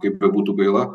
kaip bebūtų gaila